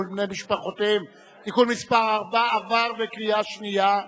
ולבני משפחותיהם (תיקון מס' 4) עברה בקריאה שנייה.